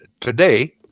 today